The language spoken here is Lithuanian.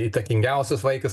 įtakingiausias vaikas